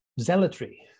zealotry